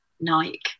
Nike